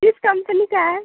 किस कंपनी का है